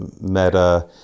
Meta